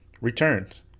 returns